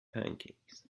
pancakes